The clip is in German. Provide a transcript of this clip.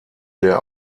der